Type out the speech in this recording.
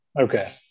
Okay